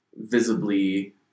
visibly